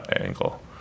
angle